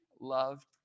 loved